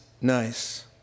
nice